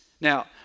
Now